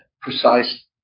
precise